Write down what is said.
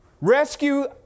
Rescue